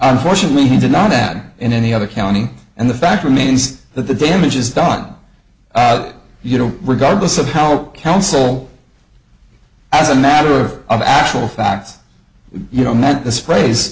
unfortunately he did not that in any other county and the fact remains that the damage is done you know regardless of how counsel as a matter of actual facts you know met the sprays